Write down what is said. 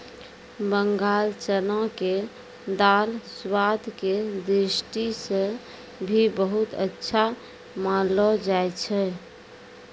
बंगाल चना के दाल स्वाद के दृष्टि सॅ भी बहुत अच्छा मानलो जाय छै